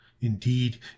indeed